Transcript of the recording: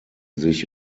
sich